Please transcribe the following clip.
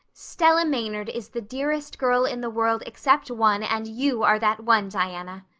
stella maynard is the dearest girl in the world except one and you are that one, diana,